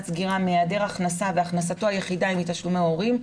סגירה מהיעדר הכנסה והכנסתו היחידה היא מתשלומי הורים,